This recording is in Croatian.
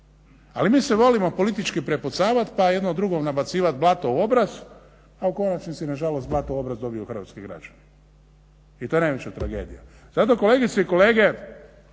Ali mi se volimo politički prepucavat pa jedno drugom nabacivat blato u obraz, a u konačnici nažalost blato u obraz dobiju hrvatski građani i to je najveća tragedija. Zato kolegice i kolege,